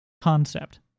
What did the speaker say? concept